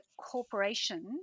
corporation